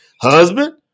Husband